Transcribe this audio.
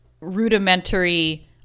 rudimentary